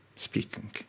speaking